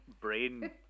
brain